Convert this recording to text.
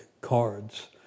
cards